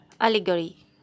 Allegory